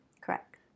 Correct